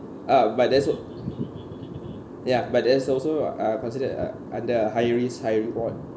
uh but that's al~ ya but that's also uh considered uh under a high risk high reward